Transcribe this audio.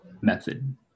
method